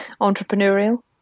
entrepreneurial